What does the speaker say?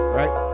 right